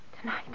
Tonight